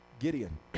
Gideon